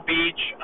Beach